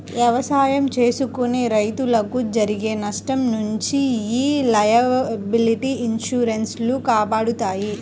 ఎవసాయం చేసుకునే రైతులకు జరిగే నష్టం నుంచి యీ లయబిలిటీ ఇన్సూరెన్స్ లు కాపాడతాయి